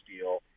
deal